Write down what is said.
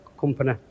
Company